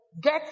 get